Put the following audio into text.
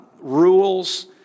rules